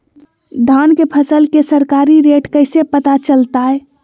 धान के फसल के सरकारी रेट कैसे पता चलताय?